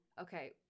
okay